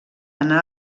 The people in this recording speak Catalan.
anar